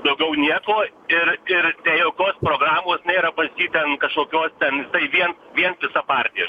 daugiau nieko ir ir jokios programos nėra pas jį ten kažkokios ten vien vien ta partija